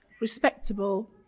respectable